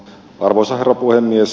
arvoisa herra puhemies